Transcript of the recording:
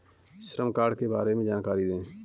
श्रम कार्ड के बारे में जानकारी दें?